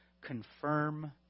confirm